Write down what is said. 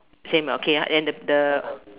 same okay then the